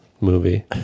movie